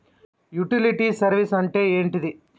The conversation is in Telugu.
యుటిలిటీ సర్వీస్ అంటే ఏంటిది?